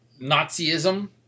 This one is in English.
Nazism